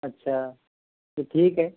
اچھا تو ٹھیک ہے